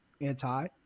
Anti